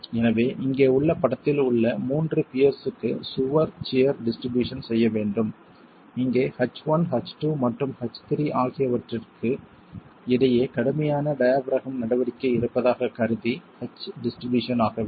எனவே இங்கே உள்ள படத்தில் உள்ள 3 பியர்ஸ்க்கு சுவர் சியர் டிஸ்ட்ரிபியூஷன் செய்ய வேண்டும் இங்கே H1 H2 மற்றும் H3 ஆகியவற்றுக்கு இடையே கடுமையான டியபிறகம் நடவடிக்கை இருப்பதாகக் கருதி H டிஸ்ட்ரிபியூஷன் ஆக வேண்டும்